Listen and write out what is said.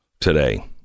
today